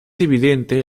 evidente